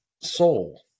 soul